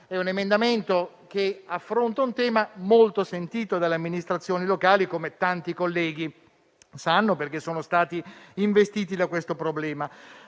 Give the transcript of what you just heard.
È un emendamento che affronta un tema molto sentito dalle amministrazioni locali, come tanti colleghi sanno, essendo stati investiti da questo problema.